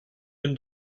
tym